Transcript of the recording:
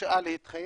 הרשאה להתחייב,